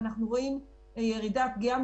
לפי 2019,